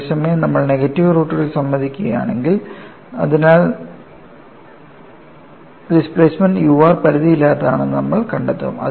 അതേസമയം നമ്മൾ നെഗറ്റീവ് റൂട്ടുകൾ സമ്മതിക്കുകയാണെങ്കിൽ ഡിസ്പ്ലേസ്മെൻറ് u r പരിധിയില്ലാത്തതാണെന്ന് നമ്മൾ കണ്ടെത്തും